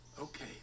okay